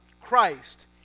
Christ